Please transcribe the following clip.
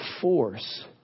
force